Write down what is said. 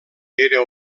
era